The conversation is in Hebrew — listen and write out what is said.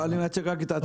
לא, אני מייצג רק את עצמי.